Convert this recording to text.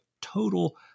total